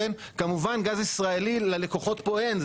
כמובן גז ישראלי ללקוחות פה אין,